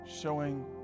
showing